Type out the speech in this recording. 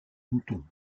mouton